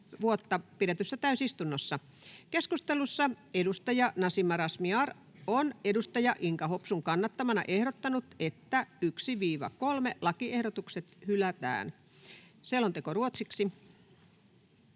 pidetyssä täysistunnossa. Keskustelussa edustaja Ilmari Nurminen on edustaja Kim Bergin kannattamana ehdottanut, että 1.—3. lakiehdotus hylätään. — Selonteko ruotsiksi,